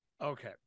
okay